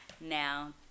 Now